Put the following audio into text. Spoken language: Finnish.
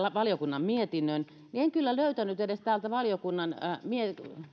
valiokunnan mietinnön niin en kyllä löytänyt edes täältä valiokunnan